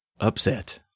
upset